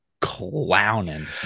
clowning